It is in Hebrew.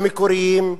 המקוריים,